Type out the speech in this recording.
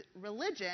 religion